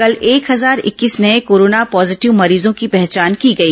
कल एक हजार इक्कीस नये कोरोना पॉजीटिव मरीजों की पहचान की गई